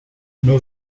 nur